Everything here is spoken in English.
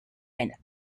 and